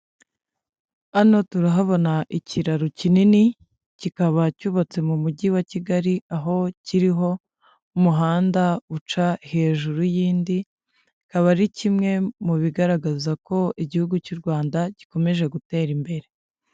Hano turahabona ikiraro kinini kikaba cyubatse mu mujyi wa Kigali aho kiriho umuhanda uca hejuru y'indi kaba ari kimwe mu bigaragaza ko igihugu cy'u Rwanda gikomeje gutera imbere.